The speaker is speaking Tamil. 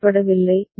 An I